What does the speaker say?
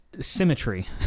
symmetry